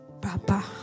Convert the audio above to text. Papa